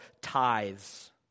tithes